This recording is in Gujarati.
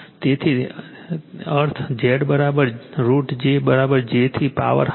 તેનો અર્થ z √ j j થી પાવર હાફ છે